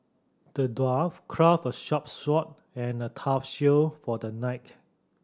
the dwarf crafted a sharp sword and a tough shield for the knight